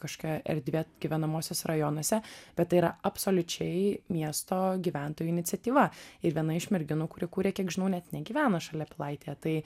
kažkokia erdvė gyvenamuosiuose rajonuose bet tai yra absoliučiai miesto gyventojų iniciatyva ir viena iš merginų kuri kūrė kiek žinau net negyvena šalia pilaitėje tai